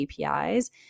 APIs